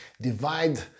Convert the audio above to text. Divide